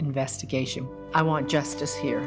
investigation i want justice here